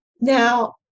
now